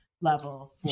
level